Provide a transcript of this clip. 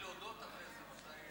הוראת שעה),